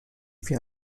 wir